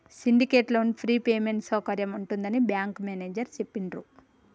syndicate loan prepayment సౌకర్యం ఉంటుందని bank manager చెప్పిండ్రు